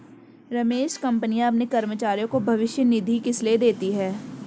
रमेश कंपनियां अपने कर्मचारियों को भविष्य निधि किसलिए देती हैं?